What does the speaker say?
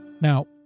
Now